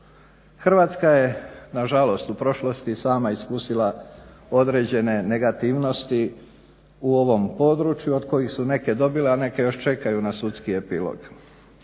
Hrvatska je nažalost u prošlosti sama iskusila određene negativnosti u ovom području od kojih su neke dobile, a neke još čekaju na sudski epilog.